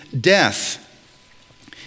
death